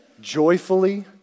joyfully